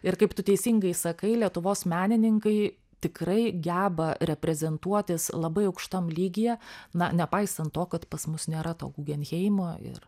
ir kaip tu teisingai sakai lietuvos menininkai tikrai geba reprezentuotis labai aukštam lygyje na nepaisant to kad pas mus nėra to gugenheimo ir